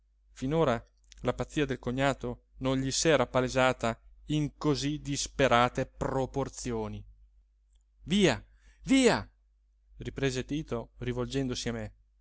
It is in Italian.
finora la pazzia del cognato non gli s'era palesata in cosí disperate proporzioni via via riprese tito rivolgendosi a me